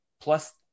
plus